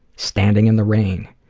standing in the rain,